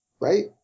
right